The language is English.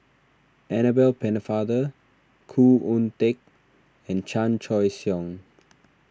Annabel Pennefather Khoo Oon Teik and Chan Choy Siong